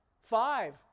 Five